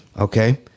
Okay